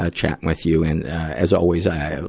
ah chatting with you. and, ah, as always, i,